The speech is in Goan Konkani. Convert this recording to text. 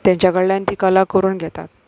तेंच्या कडल्यान ती कला करून घेतात